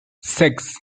six